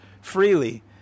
freely